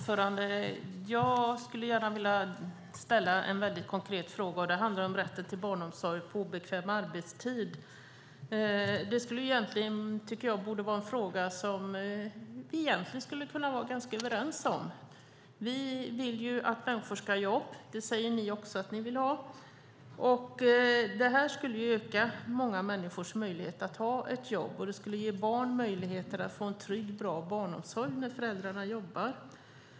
Fru talman! Jag skulle vilja ställa en konkret fråga som handlar om rätten till barnomsorg på obekväm arbetstid. Det är en fråga som vi egentligen borde kunna vara ganska överens om. Vi vill att människor ska ha jobb. Det säger ni också att ni vill. Barnomsorg på obekväm arbetstid skulle öka många människors möjlighet att ha ett jobb, och det skulle ge barn möjlighet till en trygg och bra barnomsorg när föräldrarna jobbar.